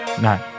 Nine